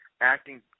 acting